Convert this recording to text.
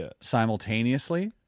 simultaneously